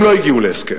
הם לא הגיעו להסכם,